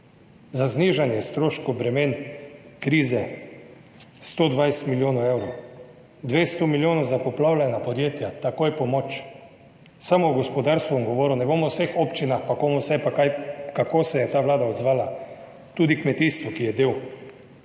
Za znižanje stroškov bremen krize 120 milijonov evrov, 200 milijonov za poplavljena podjetja, takojšnja pomoč. Samo o gospodarstvu bom govoril, ne bom o vseh občinah in komu vse, kaj, kako se je ta vlada odzvala. Tudi kmetijstvu, ki je del